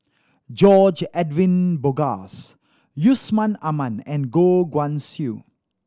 George Edwin Bogaars Yusman Aman and Goh Guan Siew